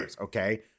Okay